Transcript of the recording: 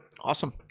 awesome